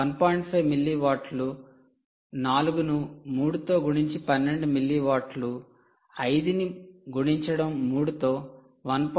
5 మిల్లీవాట్లు 4 ను 3 తో గుణించి 12 మిల్లీవాట్లు 5 ని గుణించడం 3 తో 1